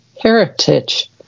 heritage